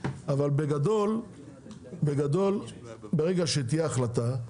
שנתיים, אבל בגדול ברגע שתהיה החלטה,